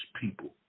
people